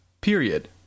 period